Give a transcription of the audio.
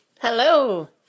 Hello